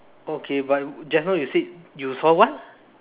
okay but just now you said you saw what